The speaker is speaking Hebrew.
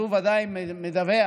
הוא בוודאי מדווח